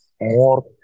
More